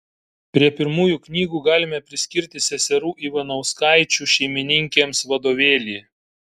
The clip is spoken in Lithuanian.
prie pirmųjų knygų galime priskirti seserų ivanauskaičių šeimininkėms vadovėlį